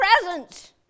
presents